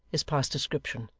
is past description.